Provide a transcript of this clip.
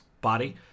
body